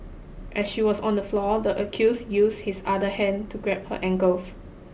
as she was on the floor the accused used his other hand to grab her ankles